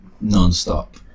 non-stop